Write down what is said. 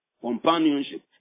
Companionship